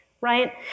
right